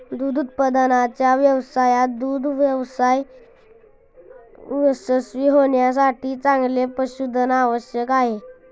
दूध उत्पादनाच्या व्यवसायात दुग्ध व्यवसाय यशस्वी होण्यासाठी चांगले पशुधन आवश्यक आहे